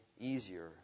easier